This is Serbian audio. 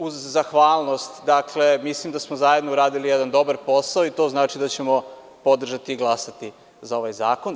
Uz zahvalnost, mislim da smo zajedno uradili jedan dobar posao i to znači da ćemo podržati i glasati za ovaj zakon.